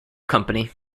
company